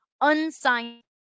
unsigned